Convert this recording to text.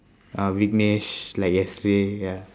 uh weakness like yesterday ya